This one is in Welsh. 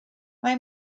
mae